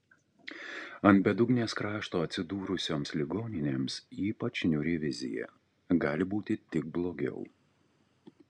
ant bedugnės krašto atsidūrusioms ligoninėms ypač niūri vizija gali būti tik blogiau